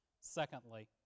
Secondly